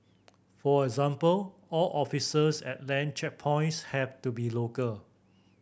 for example all officers at land checkpoints have to be local